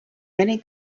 many